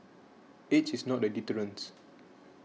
age is not a deterrence